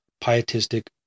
pietistic